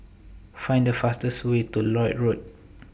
Find The fastest Way to Lloyd Road